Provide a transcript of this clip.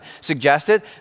suggested